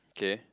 okay